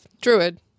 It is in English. druid